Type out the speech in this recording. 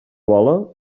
vola